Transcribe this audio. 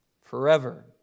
forever